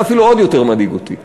וזה אפילו עוד יותר מדאיג אותי.